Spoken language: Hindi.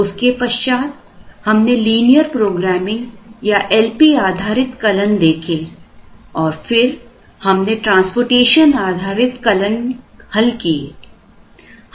उसके पश्चात हमने लीनियर प्रोग्रामिंग या LP आधारित कलन देखे और फिर हमने ट्रांसपोर्टेशन आधारित कलन हल किए